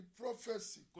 prophecy